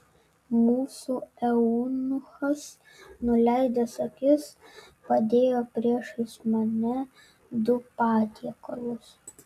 mūsų eunuchas nuleidęs akis padėjo priešais mane du patiekalus